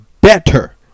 better